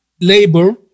labor